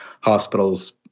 Hospitals